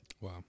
Wow